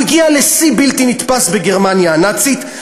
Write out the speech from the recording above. הוא הגיע לשיא בלתי נתפס בגרמניה הנאצית,